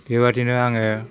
बेबायदिनो आङो